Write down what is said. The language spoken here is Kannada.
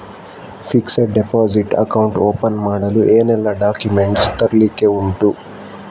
ಫಿಕ್ಸೆಡ್ ಡೆಪೋಸಿಟ್ ಅಕೌಂಟ್ ಓಪನ್ ಮಾಡಲು ಏನೆಲ್ಲಾ ಡಾಕ್ಯುಮೆಂಟ್ಸ್ ತರ್ಲಿಕ್ಕೆ ಉಂಟು?